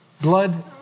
blood